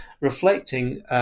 reflecting